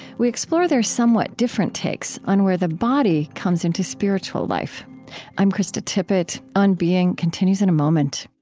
we explore their somewhat different takes on where the body comes into spiritual life i'm krista tippett. on being continues in a moment